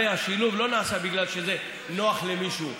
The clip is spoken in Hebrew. הרי השילוב לא נעשה בגלל שזה נוח למישהו.